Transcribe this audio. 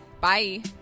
Bye